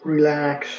Relax